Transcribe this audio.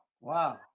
Wow